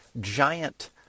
giant